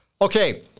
Okay